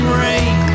rain